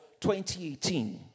2018